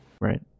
Right